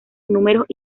números